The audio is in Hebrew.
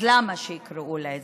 אז למה שיקראו לעזרה?